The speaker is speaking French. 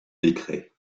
décret